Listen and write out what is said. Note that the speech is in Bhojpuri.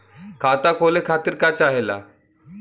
खाता खोले खातीर का चाहे ला?